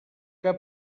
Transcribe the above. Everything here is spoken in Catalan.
que